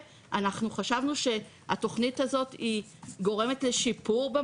אז נוציא את זה מהתוכנית ונדון על זה בהזדמנות